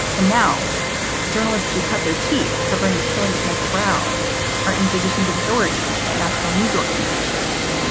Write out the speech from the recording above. and now journalists who cut their teeth covering the killing of michael brown are in positions of authority at national news organizations.